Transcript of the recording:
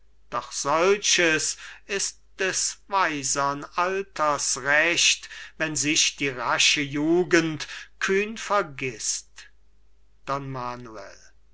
doch solches ist des weisern alters recht wenn sich die rasche jugend kühn vergißt